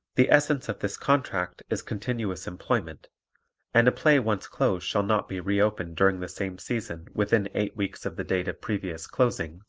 the essence of this contract is continuous employment and a play once closed shall not be re-opened during the same season within eight weeks of the date of previous closing,